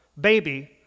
baby